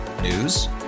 news